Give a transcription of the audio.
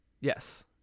Yes